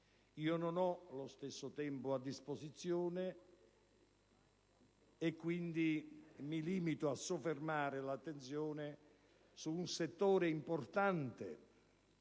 Io non ho lo stesso tempo a disposizione e quindi mi limito a soffermare l'attenzione sull'importante